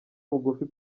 bugufi